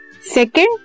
Second